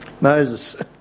Moses